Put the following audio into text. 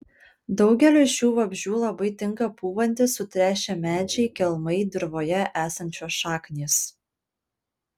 daugeliui šių vabzdžių labai tinka pūvantys sutrešę medžiai kelmai dirvoje esančios šaknys